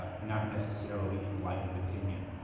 ah not necessarily enlightened opinion.